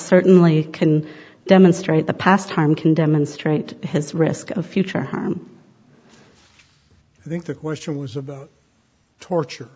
certainly can demonstrate the past harm can demonstrate his risk of future harm i think the question was about torture